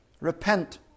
Repent